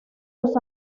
los